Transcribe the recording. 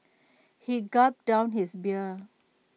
he gulped down his beer